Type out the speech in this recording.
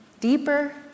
deeper